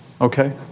Okay